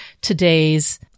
today's